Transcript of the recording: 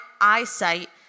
eyesight